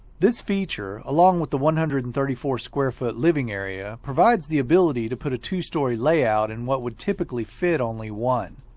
this feature, along with the one hundred and thirty four square foot living area, provides the ability to put a two-story layout in what would typically fit only one.